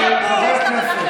חברי הכנסת,